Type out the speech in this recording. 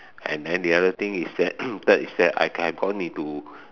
and then the other thing is that third is that I've I've gone into